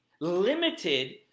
limited